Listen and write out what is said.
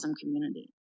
community